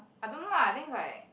I don't know lah I think like